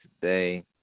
today